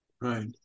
Right